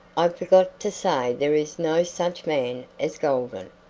i forgot to say there is no such man as golden.